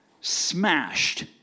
smashed